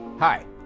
Hi